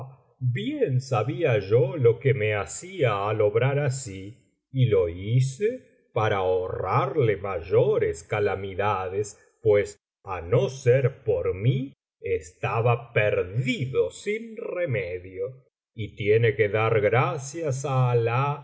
bien sabía yo lo que me hacía al obrar así y lo hice para ahorrarle mayores calamidades pues á no ser por mí estaba perdido sin remedio y tiene que dar gracias á alah